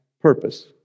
purpose